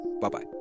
bye-bye